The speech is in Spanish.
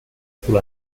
azul